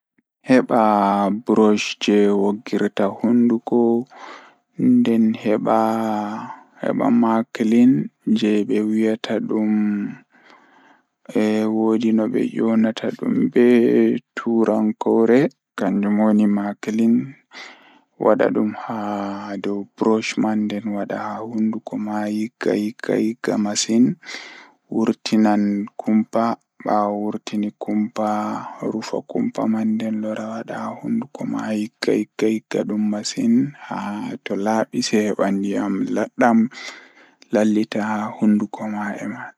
Jokkondir toothbrush ngam sabu, miɗo waawi njiddude paste walla tooth paste. Njidi pastin e toothbrush ngal, hokkondir ñaawoore ngal ko joom. Waawataa njiddaade ndaarayde, njillataa daɗɗi sabu ñaawoore ngal heɓa njiddaade. Miɗo waawaa njiddaade be nder hawrde ngal ko njillataa moƴƴaare. Njiddere, hokka toothpaste he hawrde ngal sabu njiddaade baɗi ngal.